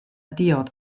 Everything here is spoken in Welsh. diod